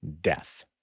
death